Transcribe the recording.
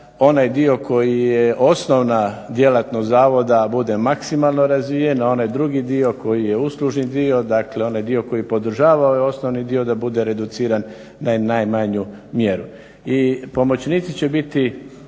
onaj dio koji je osnovna djelatnost zavoda bude maksimalno razvijen, a onaj drugi dio koji je uslužni dio dakle onaj dio koji podržava ovaj osnovni dio da bude reduciran na najmanju mjeru. I pomoćnici će biti,